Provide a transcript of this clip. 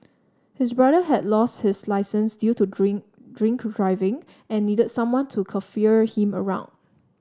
his brother had lost his licence due to drink drink driving and needed someone to chauffeur him around